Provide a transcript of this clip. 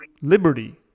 liberty